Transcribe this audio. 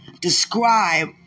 Describe